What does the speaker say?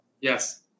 Yes